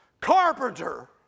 carpenter